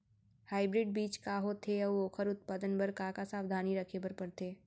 Hybrid बीज का होथे अऊ ओखर उत्पादन बर का का सावधानी रखे बर परथे?